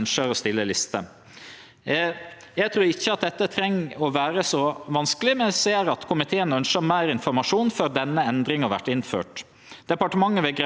Departementet vil greie ut korleis ei ordning med samtykke kan gjerast i praksis, og så vil vi kome tilbake til Stortinget med forslag til endringar i vallova på eit seinare tidspunkt.